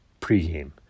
pregame